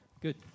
good